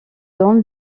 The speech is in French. donne